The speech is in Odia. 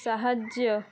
ସାହାଯ୍ୟ